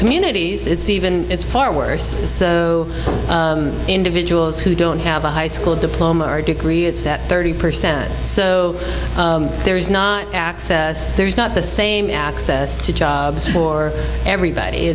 communities it's even it's far worse so individuals who don't have a high school diploma or degree it's at thirty percent so there's not access there's not the same access to jobs for everybody